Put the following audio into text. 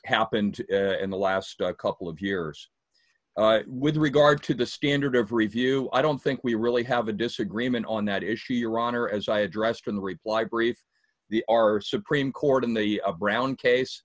happened in the last couple of years with regard to the standard of review i don't think we really have a disagreement on that issue your honor as i addressed in the reply brief the our supreme court in the brown case